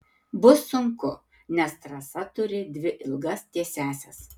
bus sunku nes trasa turi dvi ilgas tiesiąsias